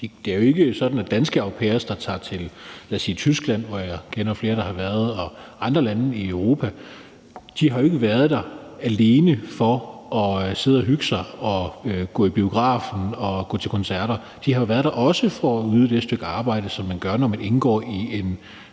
Det er jo ikke sådan, at danske au pairer, der er taget til, lad os sige Tyskland, hvor jeg kender flere der har været, og andre lande i Europa, alene har været der for at sidde og hygge sig og gå i biografen og gå til koncerter. De har jo også været der for at yde det stykke arbejde, som man yder, når man indgår i en